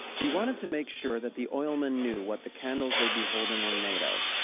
we wanted to make sure that the oilmen knew what the candles they'd be holding were made of.